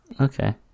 Okay